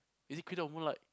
is it cradle of moonlight